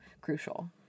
crucial